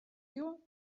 you